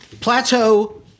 plateau